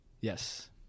Yes